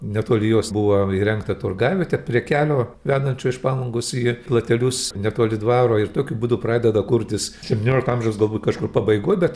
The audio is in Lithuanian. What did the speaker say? netoli jos buvo įrengta turgavietė prie kelio vedančio iš palangos į platelius netoli dvaro ir tokiu būdu pradeda kurtis septyniolikto amžiaus galbūt kažkur pabaigoj bet